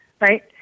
right